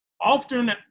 Often